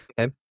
Okay